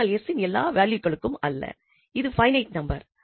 ஆனால் 𝑠 இன் எல்லா வேல்யூகளுக்கும் அல்ல இது பைனைட் நம்பர்